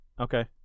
Okay